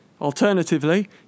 Alternatively